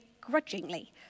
grudgingly